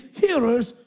hearers